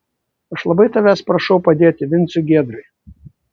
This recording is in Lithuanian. aš labai tavęs prašau padėti vincui giedrai